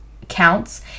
counts